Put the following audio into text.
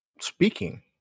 Speaking